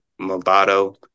Movado